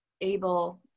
able